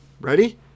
Ready